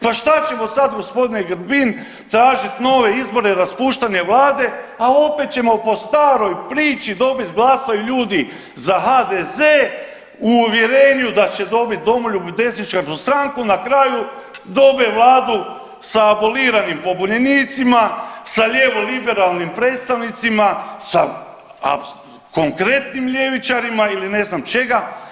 Pa šta ćemo sad g. Grbin tražit nove izbore, raspuštanje vlade, a opet ćemo po staroj priči dobit glasaju ljudi za HDZ u uvjerenje da će dobiti domoljubnu desničarku stranku, na kraju dobe vladu sa aboliranim pobunjenicima, sa lijevo liberalnim predstavnicima, sa konkretnim ljevičarima ili ne znam čega.